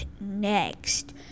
next